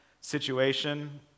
situation